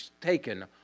taken